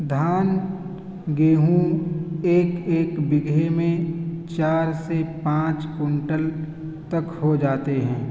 دھان گیہوں ایک ایک بیگھے میں چار سے پانچ کونٹل تک ہو جاتے ہیں